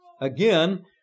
again